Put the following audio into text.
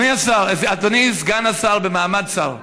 אדוני סגן השר במעמד שר,